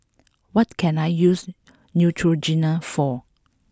what can I use Neutrogena for